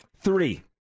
Three